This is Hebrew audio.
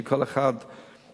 שכל אחד מהם,